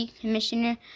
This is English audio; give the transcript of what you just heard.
Commissioner